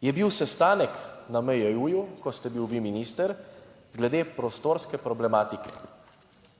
je bil sestanek na MJU, ko ste bil vi minister, glede prostorske problematike